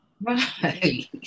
Right